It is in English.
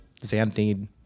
xanthine